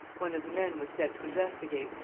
one of the men was sent to investigate,